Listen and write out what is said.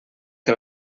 que